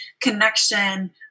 connection